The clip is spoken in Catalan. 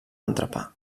entrepà